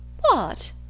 What